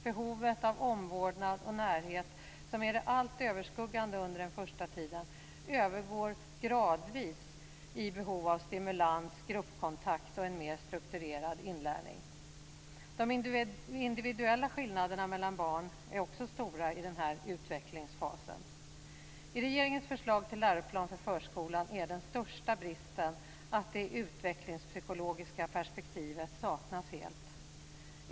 Behovet av omvårdnad och närhet som är det allt överskuggande under den första tiden övergår gradvis i behov av stimulans, gruppkontakt och en mer strukturerad inlärning. De individuella skillnaderna mellan barn är stora i den här utvecklingsfasen. I regeringens förslag till läroplan för förskolan är den största bristen att det utvecklingspsykologiska perspektivet saknas helt.